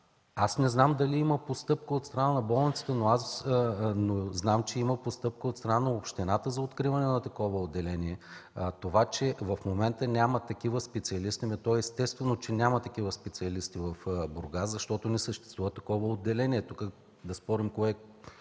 Аз не знам дали има постъпка от страна на болницата, но знам, че има постъпка от страна на общината за откриване на такова отделение. Това, че в момента няма такива специалисти – естествено, че няма такива специалисти в Бургас, защото не съществува такова отделение. Тук да спорим кое е